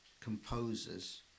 composers